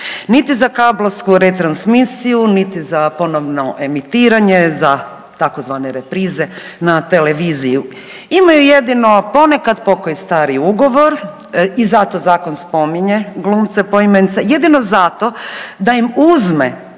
niti za kablovsku retransmisiju niti za ponovno emitiranje, za tzv. reprize na televiziji. Imaju jedino ponekad pokoji stari ugovor i zato zakon spominje glumce poimence jedino zato da im uzme